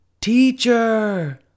Teacher